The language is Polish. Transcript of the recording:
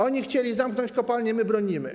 Oni chcieli zamknąć kopalnie, my bronimy.